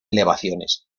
elevaciones